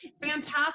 Fantastic